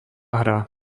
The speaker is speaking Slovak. hra